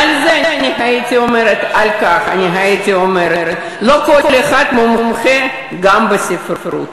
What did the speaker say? ועל זה אני הייתי אומרת: לא כל אחד מומחה גם בספרות.